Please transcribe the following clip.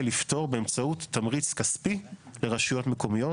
לפתור באמצעות תמריץ כספי לרשויות מקומיות.